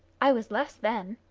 i was less then.